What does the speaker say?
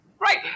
Right